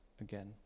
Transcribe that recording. again